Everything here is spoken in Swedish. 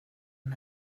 den